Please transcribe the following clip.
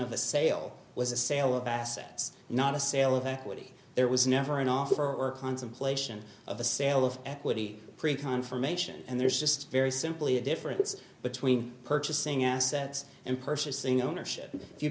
the sale was a sale of assets not a sale of equity there was never an offer or contemplation of a sale of equity for a confirmation and there's just very simply a difference between purchasing assets and purchasing ownership